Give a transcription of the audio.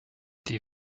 die